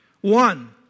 One